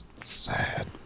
sad